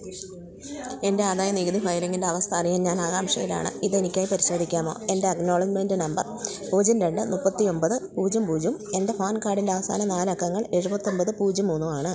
എൻ്റെ ആദായ നികുതി ഫയലിങ്ങിൻ്റെ അവസ്ഥ അറിയാൻ ഞാൻ ആകാംഷയിലാണ് ഇതെനിക്കായി പരിശോധിക്കാമോ എൻ്റെ അക്നോളജ്മെൻറ്റ് നമ്പർ പൂജ്യം രണ്ട് മുപ്പത്തി ഒമ്പത് പൂജ്യം പൂജ്യം എൻ്റെ പാൻ കാർഡിൻ്റെ അവസാന നാലക്കങ്ങൾ എഴുപത്തൊൻപത് പൂജ്യം മൂന്നുവാണ്